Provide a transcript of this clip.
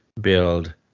build